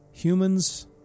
Humans